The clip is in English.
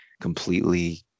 completely